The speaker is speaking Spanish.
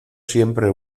siempre